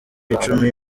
icumi